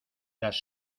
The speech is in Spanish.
las